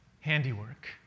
handiwork